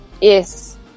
Yes